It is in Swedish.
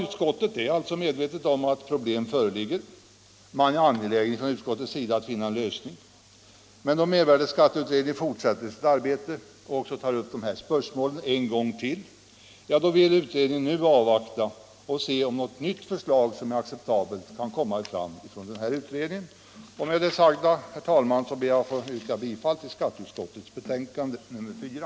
Utskottet är alltså medvetet om att problem föreligger, och man är från utskottets sida angelägen om att finna en lösning. Men då mervärdeskatteutredningen fortsätter sitt arbete och också tar upp dessa spörsmål en gång till, vill utskottet avvakta och se om något nytt förslag som är acceptabelt kan komma fram från utredningen. Med det sagda, herr talman, ber jag att få yrka bifall till skatteutskottets hemställan i betänkandet nr 4.